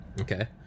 Okay